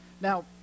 Now